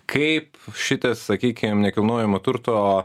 kaip šitą sakykim nekilnojamo turto